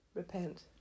repent